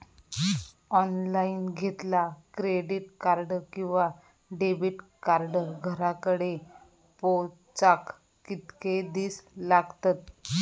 Online घेतला credit card किंवा debit card घराकडे पोचाक कितके दिस लागतत?